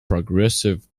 progressive